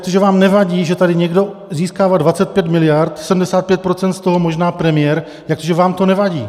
Jak to, že vám nevadí, že tady někdo získává 25 miliard, 75 % z toho možná premiér, jak to, že vám to nevadí?